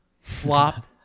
Flop